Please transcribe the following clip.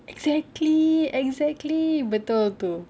exactly exactly betul itu